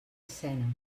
escena